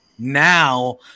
now